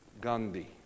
Gandhi